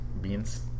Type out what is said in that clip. Beans